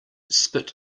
spit